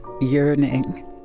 yearning